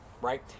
right